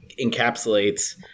encapsulates